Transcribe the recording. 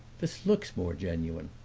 this looks more genuine.